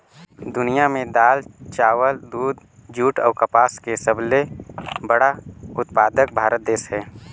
दुनिया में दाल, चावल, दूध, जूट अऊ कपास के सबले बड़ा उत्पादक भारत देश हे